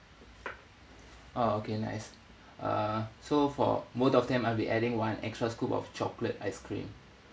oh okay nice uh so for both of them I'll be adding one extra scoop of chocolate ice cream